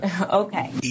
Okay